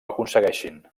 aconsegueixin